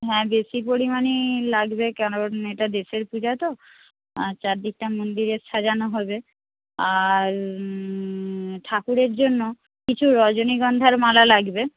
হ্যাঁ বেশী পরিমাণেই লাগবে কারণ এটা দেশের পূজা তো আর চারদিকটা মন্দিরের সাজানো হবে আর ঠাকুরের জন্য কিছু রজনীগন্ধার মালা লাগবে